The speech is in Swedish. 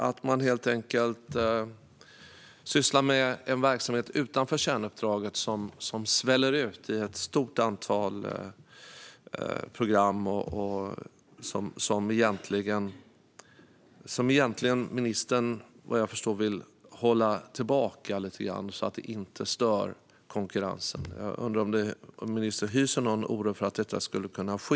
Det kan vara fråga om en verksamhet som går utanför kärnuppdraget och sväller ut i ett stort antal program som jag förstår att ministern vill hålla tillbaka så att de inte stör konkurrensen. Hyser ministern någon oro för att detta skulle kunna ske?